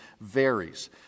varies